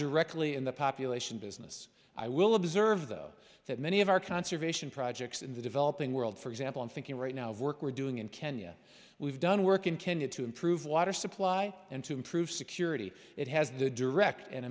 directly in the population business i will observe though that many of our conservation projects in the developing world for example i'm thinking right now of work we're doing in kenya we've done work in kenya to improve water supply and to improve security it has a direct and